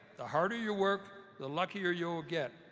the harder you work, the luckier you'll get.